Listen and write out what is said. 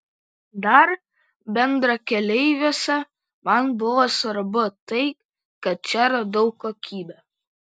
dar bendrakeleiviuose man buvo svarbu tai kad čia radau kokybę